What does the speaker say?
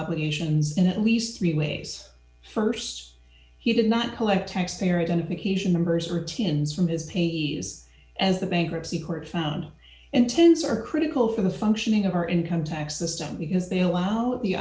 obligations in at least three ways st he did not collect taxpayer identification numbers routines from his pay as the bankruptcy court found intense are critical for the functioning of our income tax system because they allow the